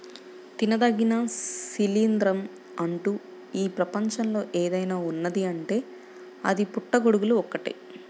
తినదగిన శిలీంద్రం అంటూ ఈ ప్రపంచంలో ఏదైనా ఉన్నదీ అంటే అది పుట్టగొడుగులు ఒక్కటే